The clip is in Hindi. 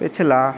पिछला